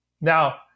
now